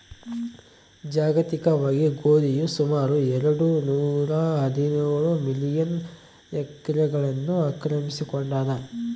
ಜಾಗತಿಕವಾಗಿ ಗೋಧಿಯು ಸುಮಾರು ಎರೆಡು ನೂರಾಹದಿನೇಳು ಮಿಲಿಯನ್ ಹೆಕ್ಟೇರ್ಗಳನ್ನು ಆಕ್ರಮಿಸಿಕೊಂಡಾದ